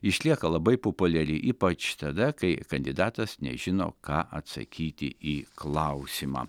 išlieka labai populiari ypač tada kai kandidatas nežino ką atsakyti į klausimą